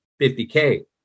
50K